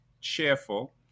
cheerful